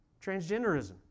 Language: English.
transgenderism